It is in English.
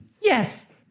Yes